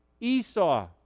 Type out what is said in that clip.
Esau